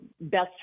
best